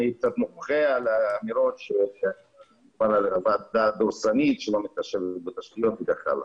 אני קצת מוחה על האמירות כמו ועדה דורסנית וכך הלאה.